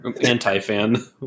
Anti-fan